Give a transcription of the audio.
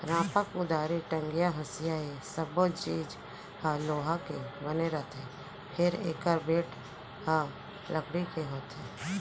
रांपा, कुदारी, टंगिया, हँसिया ए सब्बो चीज ह लोहा के बने रथे फेर एकर बेंट ह लकड़ी के होथे